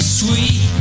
sweet